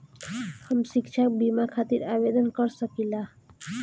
हम शिक्षा बीमा खातिर आवेदन कर सकिला?